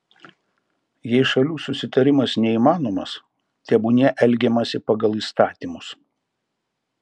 jei šalių susitarimas neįmanomas tebūnie elgiamasi pagal įstatymus